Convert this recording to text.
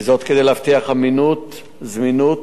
וזאת כדי להבטיח אמינות, זמינות,